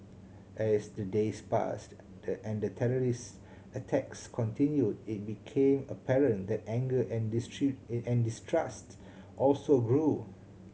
as the days passed and the terrorist attacks continued it became apparent that anger and and distrust also grew